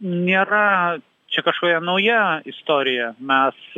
nėra čia kažkokia nauja istorija mes